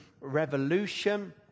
revolution